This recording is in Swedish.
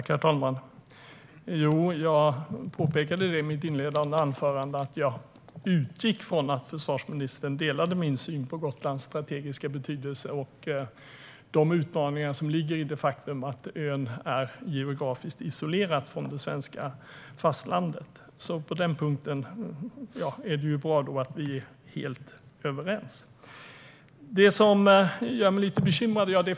Herr talman! Jag påpekade i mitt inledande anförande att jag utgick från att försvarsministern delade min syn på Gotlands strategiska betydelse och de utmaningar som ligger i det faktum att ön är geografiskt isolerad från det svenska fastlandet. På den punkten är det bra att vi är helt överens. Det är flera saker som gör mig lite bekymrad.